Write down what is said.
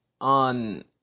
on